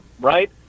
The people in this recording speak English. right